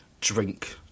drink